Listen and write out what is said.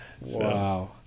wow